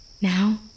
Now